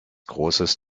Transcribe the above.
großes